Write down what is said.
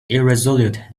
irresolute